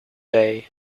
day